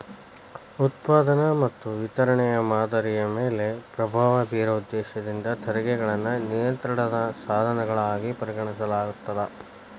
ಉತ್ಪಾದನೆ ಮತ್ತ ವಿತರಣೆಯ ಮಾದರಿಯ ಮ್ಯಾಲೆ ಪ್ರಭಾವ ಬೇರೊ ಉದ್ದೇಶದಿಂದ ತೆರಿಗೆಗಳನ್ನ ನಿಯಂತ್ರಣದ ಸಾಧನಗಳಾಗಿ ಪರಿಗಣಿಸಲಾಗ್ತದ